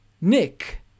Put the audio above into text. Nick